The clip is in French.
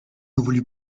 voulut